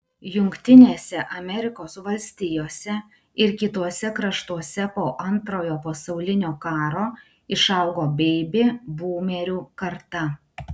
jungtinėse amerikos valstijose ir kituose kraštuose po antrojo pasaulinio karo išaugo beibi būmerių karta